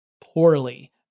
poorly